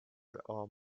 all